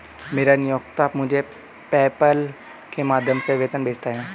मेरा नियोक्ता मुझे पेपैल के माध्यम से वेतन भेजता है